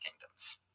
kingdoms